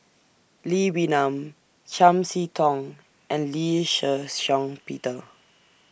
Lee Wee Nam Chiam See Tong and Lee Shih Shiong Peter